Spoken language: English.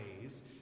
ways